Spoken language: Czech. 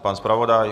Pan zpravodaj?